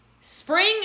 Spring